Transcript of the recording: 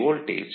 voltage